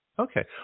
Okay